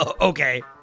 Okay